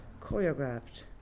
choreographed